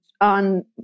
on